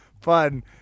fun